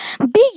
Big